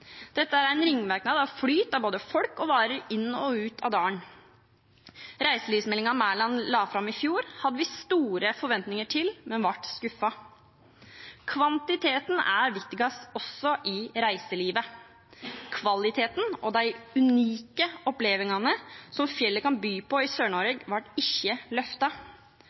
Dette er en ringvirkning av flyt av både folk og varer inn og ut av dalen. Reiselivsmeldingen statsråd Mæland la fram i fjor, hadde vi store forventninger til, men ble skuffet. Kvantiteten er viktigst også i reiselivet. Kvaliteten og de unike opplevelsene som fjellet kan by på i Sør-Norge, ble ikke